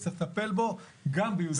צריך לטפל בו גם ביהודה ושומרון.